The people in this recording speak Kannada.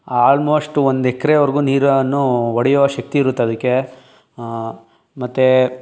ಆಲ್ಮೋಶ್ಟು ಒಂದು ಎಕ್ರೆವರೆಗೂ ನೀರನ್ನು ಹೊಡೆಯೋ ಶಕ್ತಿ ಇರುತ್ತೆ ಅದಕ್ಕೆ ಮತ್ತು